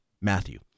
Matthew